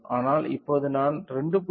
ஆனால் இப்போது நான் 2